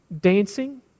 Dancing